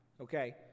okay